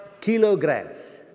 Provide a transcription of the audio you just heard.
kilograms